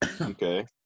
okay